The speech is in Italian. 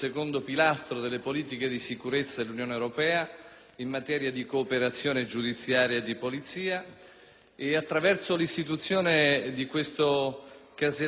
in materia di cooperazione giudiziaria e di polizia. Attraverso l'istituzione di questo casellario centrale dei profili del DNA